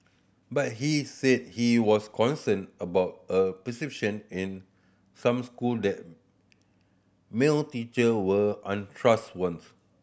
but he said he was concerned about a perception in some school that male teacher were